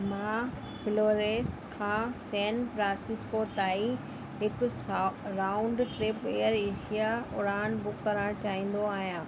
मां फ्लोरेस खां सेंफ्रांसिस्को ताईं हिकु सा राऊंड ट्रिप एयर एशिया उड़ान बुक करणु चाहींदो आहियां